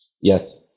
Yes